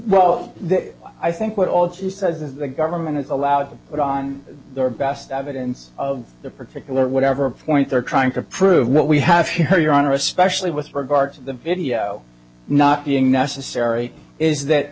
well i think what all she said that the government is allowed to put on their best evidence of the particular whatever point they're trying to prove what we have here your honor especially with regard to the video not being necessary is that